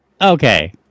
Okay